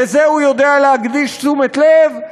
לזה הוא יודע להקדיש תשומת לב,